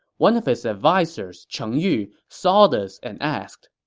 one of his advisers, cheng yu, saw this and asked,